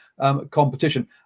competition